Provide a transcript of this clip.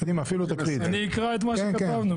אני אקרא את מה שכתבנו.